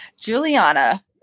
Juliana